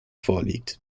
vorliegt